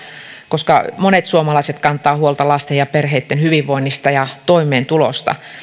koska monet suomalaiset kantavat huolta lasten ja perheitten hyvinvoinnista ja toimeentulosta